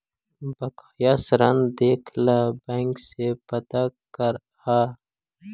बकाया ऋण देखे ला बैंक से पता करअ